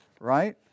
right